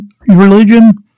Religion